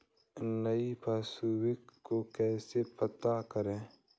नई पासबुक को कैसे प्राप्त करें?